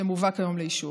שמובא כיום לאישור.